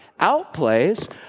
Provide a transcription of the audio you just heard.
outplays